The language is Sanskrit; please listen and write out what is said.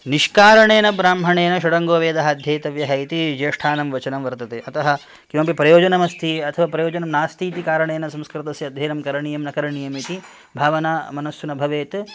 निष्कारणेन ब्राह्मणेन षडङ्गो वेदः अध्येतव्यः इति ज्येष्ठानां वचनं वर्तते अतः किमपि प्रयोजनं अस्ति अथवा प्रयोजनं नास्ति इति कारणेन संस्कृतस्य अध्ययनं करणीयं न करणीयं इति भावना मनस्सु न भवेत्